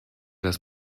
das